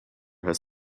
has